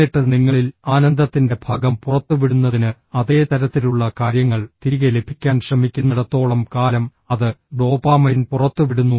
എന്നിട്ട് നിങ്ങളിൽ ആനന്ദത്തിന്റെ ഭാഗം പുറത്തുവിടുന്നതിന് അതേ തരത്തിലുള്ള കാര്യങ്ങൾ തിരികെ ലഭിക്കാൻ ശ്രമിക്കുന്നിടത്തോളം കാലം അത് ഡോപാമൈൻ പുറത്തുവിടുന്നു